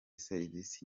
serivisi